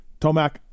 Tomac